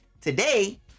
today